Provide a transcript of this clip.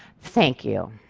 thank you.